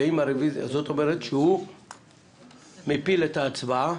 זאת אומרת שהוא מפיל את ההצבעה,